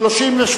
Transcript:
1 נתקבל.